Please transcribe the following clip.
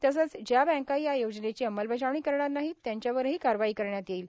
तसंच ज्या बँका या योजनेची अंमलबजावणी करणार नाही त्यांच्यावरही कारवाई करण्यात येईल